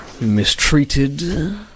Mistreated